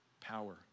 Power